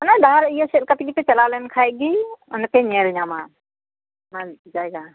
ᱢᱟᱱᱮ ᱰᱟᱦᱟᱨ ᱤᱭᱟᱹᱥᱮᱫ ᱞᱮᱠᱟ ᱛᱮᱜᱮ ᱯᱮ ᱪᱟᱞᱟᱣ ᱞᱮᱱᱠᱷᱟᱱ ᱜᱮ ᱚᱱᱟᱯᱮ ᱧᱮᱞ ᱧᱟᱢᱟ ᱚᱱᱟ ᱡᱟᱭᱜᱟ